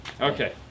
Okay